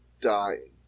dying